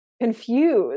confused